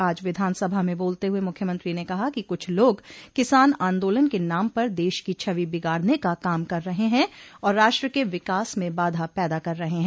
आज विधानसभा में बोलते हुए मुख्यमंत्री ने कहा कि कुछ लोग किसान आन्दोलन के नाम पर देश की छवि बिगाड़ने का काम कर रहे हैं और राष्ट्र के विकास में बाधा पैदा कर रहे हैं